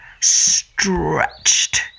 stretched